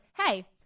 Hey